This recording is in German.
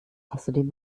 außerdem